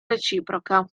reciproca